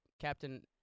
Captain